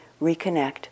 reconnect